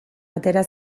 atera